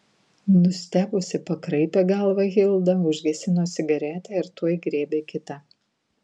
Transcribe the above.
nustebusi pakraipė galvą hilda užgesino cigaretę ir tuoj griebė kitą